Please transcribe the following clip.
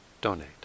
donate